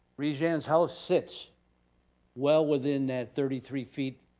reganne's house sits well within that thirty three feet